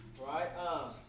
right